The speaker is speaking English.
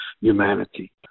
humanity